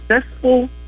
successful